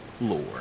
lore